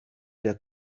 der